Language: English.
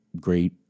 Great